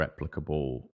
replicable